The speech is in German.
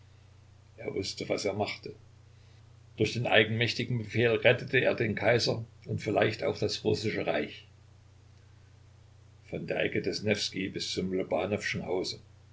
er wußte was er machte durch den eigenmächtigen befehl rettete er den kaiser und vielleicht auch das russische reich von der ecke des newskij bis zum lobanowschen hause